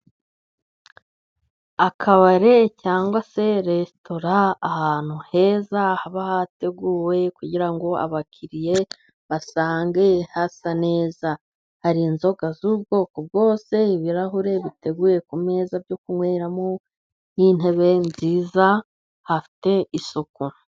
Akabare cyangwa se resitora n'ahantu heza haba hateguwe kugira ngo abakiriya basange hasa neza. Hari: inzoga z'ubwoko bwose, ibirahure biteguye ku meza byo kunyweramo, n'intebe nziza bifite isuku.